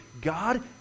God